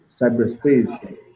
cyberspace